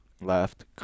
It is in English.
left